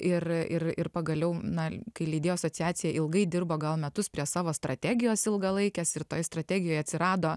ir ir ir pagaliau na kai lydėjo asociacija ilgai dirbo gal metus prie savo strategijos ilgalaikes ir toje strategijoje atsirado